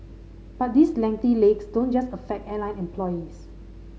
but these lengthy legs don't just affect airline employees